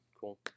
Cool